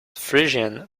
frisian